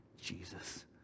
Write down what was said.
Jesus